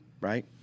Right